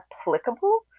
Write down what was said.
applicable